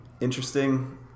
interesting